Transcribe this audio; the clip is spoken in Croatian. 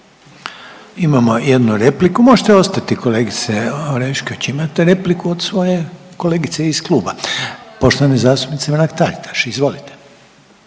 Imamo jednu repliku. Možete ostati kolegice Orešković. Imate repliku od svoje kolegice iz kluba poštovane zastupnice Mrak-Taritaš. Izvolite.